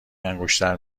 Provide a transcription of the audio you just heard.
انگشتر